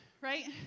right